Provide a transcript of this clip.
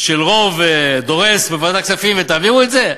של רוב דורס בוועדת כספים ותעבירו את זה?